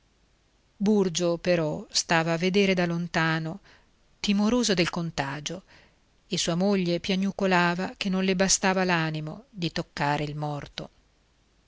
burgio però stava a vedere da lontano timoroso del contagio e sua moglie piagnucolava che non le bastava l'animo di toccare il morto